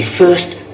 first